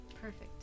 perfect